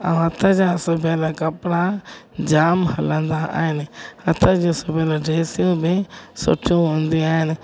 ऐं हथ जा सिबियल कपिड़ा जाम हलंदा आहिनि हथ जी सिबियल ड्रैसियूं बि सुठियूं हूंदी आहिनि